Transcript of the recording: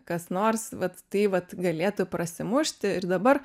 kas nors vat tai vat galėtų prasimušti ir dabar